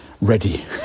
ready